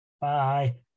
Bye